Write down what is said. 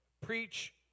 preach